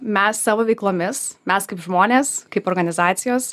mes savo veiklomis mes kaip žmonės kaip organizacijos